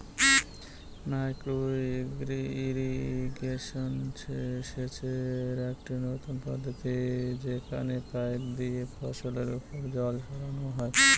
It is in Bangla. মাইক্র ইর্রিগেশন সেচের একটি নতুন পদ্ধতি যেখানে পাইপ দিয়ে ফসলের ওপর জল ছড়ানো হয়